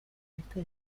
este